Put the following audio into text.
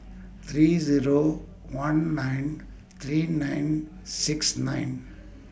three Zero one nine three nine six nine